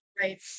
Right